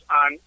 on